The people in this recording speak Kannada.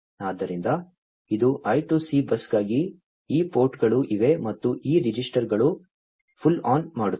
ಆದ್ದರಿಂದ ಇದು I2C ಬಸ್ಗಾಗಿ ಈ ಪೋರ್ಟ್ಗಳು ಇವೆ ಮತ್ತು ಈ ರೆಜಿಸ್ಟರ್ಗಳು ಪುಲ್ ಆನ್ ಮಾಡುತ್ತವೆ